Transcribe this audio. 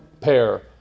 pair